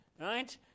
right